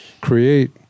create